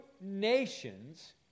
nations